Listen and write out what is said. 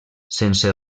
sense